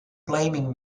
blaming